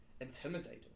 intimidating